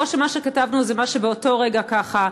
או שמה שכתבנו זה מה שבאותו רגע ככה,